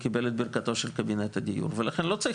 קיבל את ברכתו של קבינט הדיור לכן לא צריך